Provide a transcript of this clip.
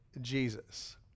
Jesus